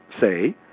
say